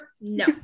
No